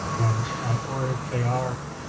and or if they are,